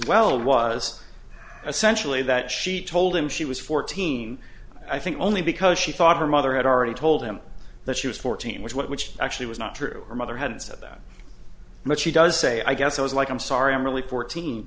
well was essentially that she told him she was fourteen i think only because she thought her mother had already told him that she was fourteen was what which actually was not true her mother had said that much she does say i guess i was like i'm sorry i'm really fourteen